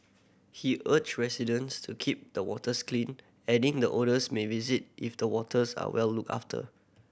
he urged residents to keep the waters clean adding the otters may visit if the waters are well looked after